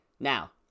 Now